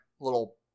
little